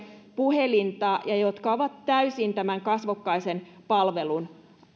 puhelinta ja jotka ovat täysin tämän kasvokkaisen palvelun